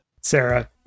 Sarah